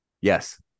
Yes